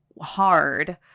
hard